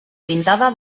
pintada